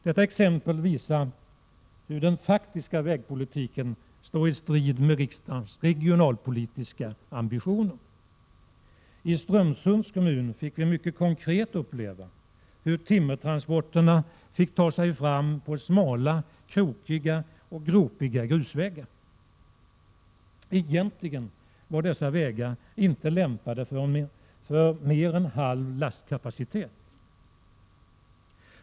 Detta exempel visar att den faktiska vägpolitiken står i strid med riksdagens regionalpolitiska målsättningar. I Strömsunds kommun fick vi mycket konkret uppleva hur timmertransporterna fick ta sig fram på smala, krokiga och gropiga grusvägar. Egentligen var dessa vägar inte lämpade för mer än halv lastkapacitet.